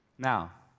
now,